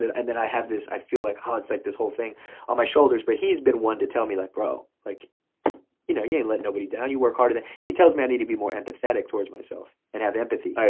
and then i have this, i feel like ah it's like this whole thing on my shoulders. but he's been one to tell me like, bro, like you know you ain't letting nobody down, you work harder than, he tells me i need to be more empathetic towards myself, and have empathy.